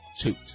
toot